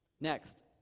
Next